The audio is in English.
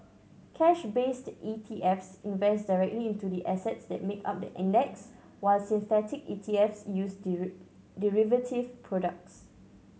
cash based E T Fs invest directly into the assets that make up the index while synthetic E T Fs use derivative products